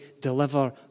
deliver